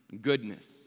goodness